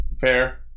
Fair